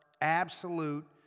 absolute